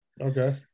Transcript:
Okay